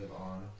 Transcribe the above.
on